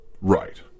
Right